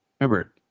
Remember